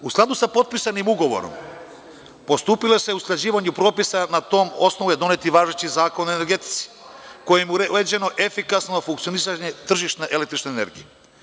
U skladu sa potpisanim ugovorom pristupilo se usklađivanju propisa i na tom osnovu je i donet važeći Zakon o energetici, kojim je uređeno efikasno funkcionisanje tržišne električne energije.